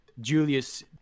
Julius